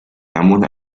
namun